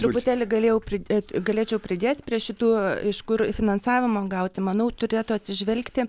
truputėlį galėjau pridėt galėčiau pridėt prie šitų iš kur finansavimo gauti manau turėtų atsižvelgti